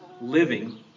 living